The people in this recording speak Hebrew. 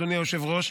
אדוני היושב-ראש,